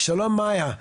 שלום מאיה,